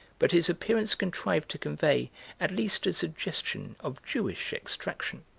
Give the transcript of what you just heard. but his appearance contrived to convey at least a suggestion of jewish extraction.